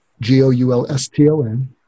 G-O-U-L-S-T-O-N